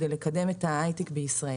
על מנת לקדם את היי-טק בישראל.